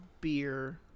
beer